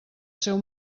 seu